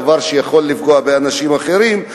דבר שיכול לפגוע באנשים אחרים,